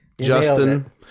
Justin